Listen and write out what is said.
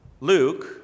Luke